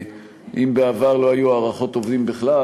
בעבר לא היו הערכות עובדים בכלל,